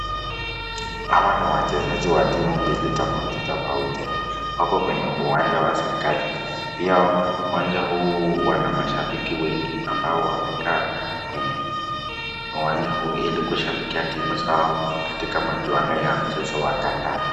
Hawa ni wachezaji wa timu mbili tofauti tofauti wako kwenye uwanja wa serekali pia uwanja huu una mashabiki wengi ambao wamekaa kwenye uwanja huu ili kushabikia timu zao katika machuano ya mchezo wa kandanda.